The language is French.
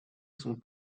sont